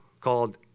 called